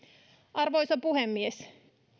arvoisa puhemies